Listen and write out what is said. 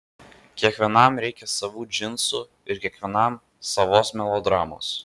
kiekvienam reikia savų džinsų ir kiekvienam savos melodramos